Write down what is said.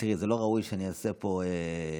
זה לא ראוי שאני אעשה פה איזשהו,